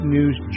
News